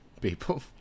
people